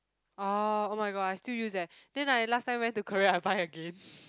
orh oh-my-god I still use that then like last time I went to Korea I buy again